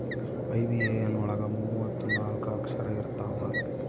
IBAN ಒಳಗ ಮೂವತ್ತು ನಾಲ್ಕ ಅಕ್ಷರ ಇರ್ತವಾ